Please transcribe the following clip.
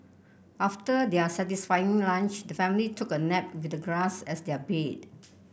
after their satisfying lunch the family took a nap with the grass as their bed